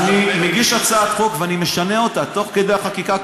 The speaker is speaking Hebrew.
אני מגיש הצעת חוק, ואני משנה אותה תוך כדי חקיקה.